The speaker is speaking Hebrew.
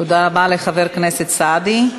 תודה רבה לחבר הכנסת סעדי.